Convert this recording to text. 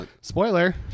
Spoiler